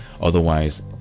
otherwise